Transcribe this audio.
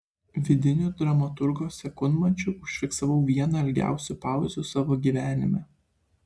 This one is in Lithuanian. vidiniu dramaturgo sekundmačiu užfiksavau vieną ilgiausių pauzių savo gyvenime